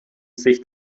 sich